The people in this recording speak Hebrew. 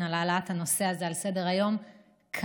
על העלאת הנושא הזה על סדר-היום כאן,